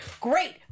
great